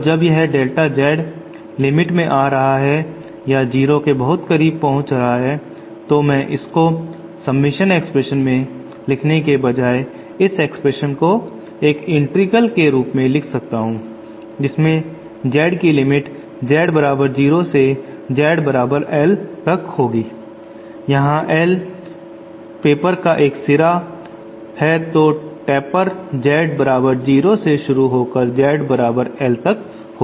और जब यह डेल्टा Z लिमिट में आ रहा है या जीरो के करीब पहुंच रहा है तो मैं इसको सबमिशन एक्सप्रेशन में लिखने के बजाय इस एक्सप्रेशन को एक इंटीग्रल के रूप में लिख सकता हूं जिसमें Z की लिमिट Z बराबर 0 से Z बराबर L तक होगी जहां L पेपर का एक सिरा है तो टेपर Z बराबर 0 से शुरु होकर Z बराबर L तक होती है